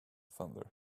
thunder